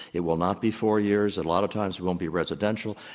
it will not be four years, and a lot of times, it won't be residential.